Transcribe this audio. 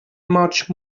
much